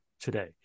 today